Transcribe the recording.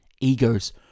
egos